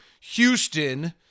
Houston